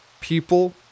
people